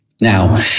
Now